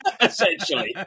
Essentially